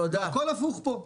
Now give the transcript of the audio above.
הכול הפוך פה.